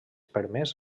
permés